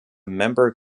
member